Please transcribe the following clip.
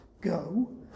go